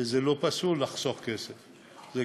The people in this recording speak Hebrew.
וזה לא קשור לחיסכון בכסף,